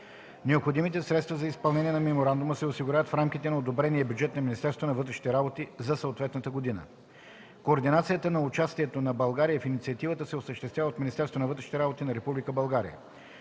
Необходимите средства за изпълнение на Меморандума се осигуряват в рамките на одобрения бюджет на Министерството на вътрешните работи за съответната година. Координацията на участието на България в Инициативата се осъществява от Министерството на вътрешните работи на Република България.